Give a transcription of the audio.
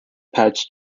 patch